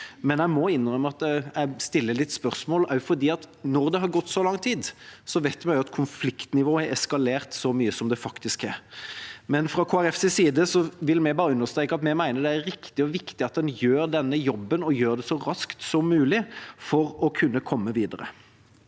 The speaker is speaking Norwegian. men jeg må innrømme at jeg også stiller litt spørsmål fordi når det har gått så lang tid, vet vi at konfliktnivået har eskalert så mye som det faktisk har. Fra Kristelig Folkepartis side vil vi bare understreke at vi mener det er riktig og viktig at en gjør denne jobben så raskt som mulig, for å kunne komme videre.